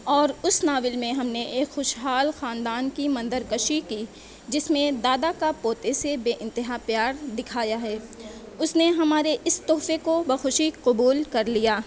اور اس ناول میں ہم نے ایک خوش حال خاندان کی منظر کشی کی جس میں دادا کا پوتے سے بےانتہا پیار دکھایا ہے اس نے ہمارے اس تحفے کو بخوشی قبول کر لیا